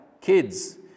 kids